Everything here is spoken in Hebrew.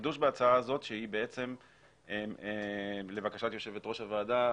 החידוש בהצעה הזאת שהוא לבקשת יושבת ראש הוועדה,